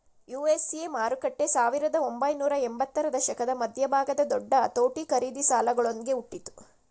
USA ಮಾರುಕಟ್ಟೆ ಸಾವಿರದ ಒಂಬೈನೂರ ಎಂಬತ್ತರ ದಶಕದ ಮಧ್ಯಭಾಗದ ದೊಡ್ಡ ಅತೋಟಿ ಖರೀದಿ ಸಾಲಗಳೊಂದ್ಗೆ ಹುಟ್ಟಿತು